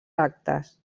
actes